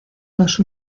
dos